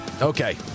Okay